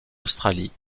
australie